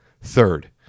Third